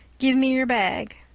give me your bag.